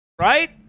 Right